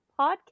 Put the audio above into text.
Podcast